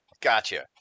Gotcha